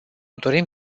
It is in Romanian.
dorim